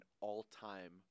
all-time